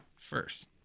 first